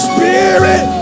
Spirit